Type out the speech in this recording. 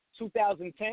2010